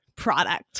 product